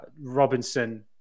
Robinson